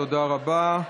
תודה רבה.